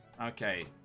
Okay